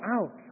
out